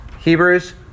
Hebrews